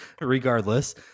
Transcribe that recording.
regardless